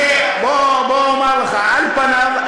בוא אומר לך: על פניו,